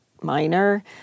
minor